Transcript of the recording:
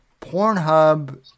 Pornhub